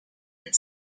and